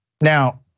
Now